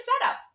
setup